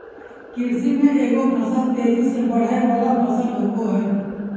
कृषि में एगो फसल तेजी से बढ़य वला फसल होबय हइ